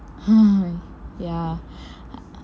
ya